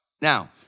Now